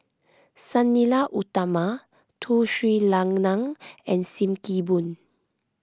Sang Nila Utama Tun Sri Lanang and Sim Kee Boon